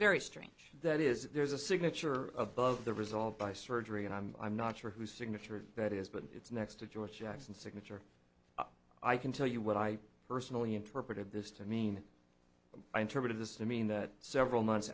very strange that is there's a signature above the result by surgery and i'm i'm not sure who signature of that is but it's next to george jackson signature i can tell you what i personally interpreted this to mean but i interpreted this to mean that several months